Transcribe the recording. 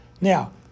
Now